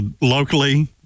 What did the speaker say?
Locally